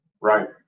Right